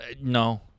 No